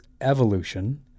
evolution